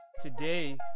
Today